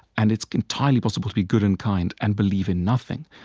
and it's entirely possible to be good and kind and believe in nothing.